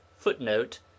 Footnote